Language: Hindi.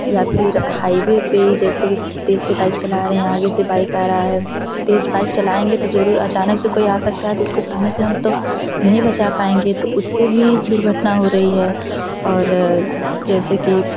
या फिर हाईवे पर जैसे कि कुत्ते से बाइक चला रहे हैं आगे से बाइक आ रहा है तेज़ बाइक चलाएँगे तो ज़रूर अचानक से कोई आ सकता है तो उसको सामने से हम तो नहीं बचा पाएँगे तो उससे भी दुर्घटना हो रही है और जैसे की